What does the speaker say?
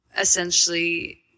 essentially